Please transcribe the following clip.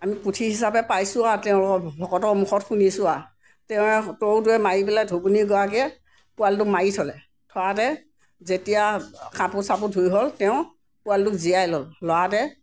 আমি পুথি হিচাপে পাইছোঁ আৰু তেওঁ ভকতৰ মুখত শুনিছোঁ আৰু তেওঁ তৰুটোৱে মাৰি পেলাই ধুবুনীগৰাকীয়ে পোৱালীটোক মাৰি থ'লে থওঁতে যেতিয়া কাপোৰ চাপোৰ ধুই গ'ল তেওঁ পোৱালীটোক জীয়াই ল'লে লওঁতে